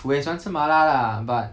我也喜欢吃麻辣啦 but